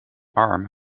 arm